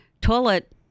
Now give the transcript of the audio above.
toilet